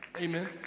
Amen